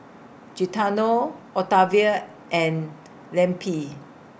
Gaetano Octavia and Lempi